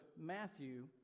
Matthew